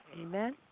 Amen